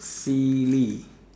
silly